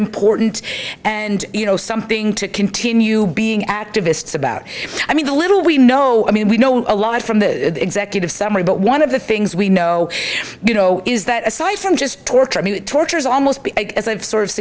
important and you know something to continue being activists about i mean the little we know i mean we know a lot from the executive summary but one of the things we know you know is that aside from just torture i mean torture is almost as i